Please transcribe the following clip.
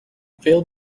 failed